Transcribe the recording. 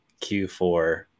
Q4